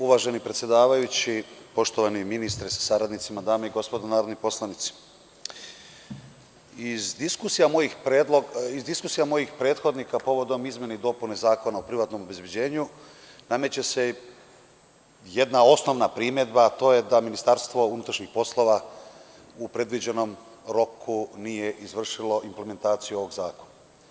Uvaženi predsedavajući, poštovani ministre sa saradnicima, dame i gospodo narodni poslanici, iz diskusija mojih prethodnika povodom izmene i dopune Zakona o privatnom obezbeđenju nameće se jedna osnovna primedba, a to je da MUP u predviđenom roku nije izvršilo implementaciju ovog zakona.